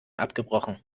abgebrochen